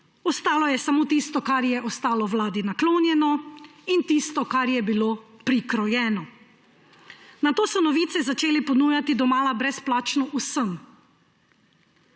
ostalo je samo tisto, kar je ostalo vladi naklonjeno, in tisto, kar je bilo prikrojeno. Nato so novice začeli ponujati domala brezplačno vsem.